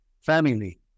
family